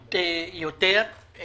נגישות יותר.